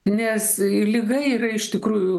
nes liga yra iš tikrųjų